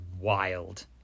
wild